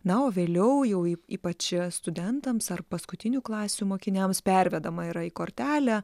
na o vėliau jau ypač studentams ar paskutinių klasių mokiniams pervedama yra į kortelę